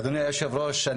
אדוני היושב ראש,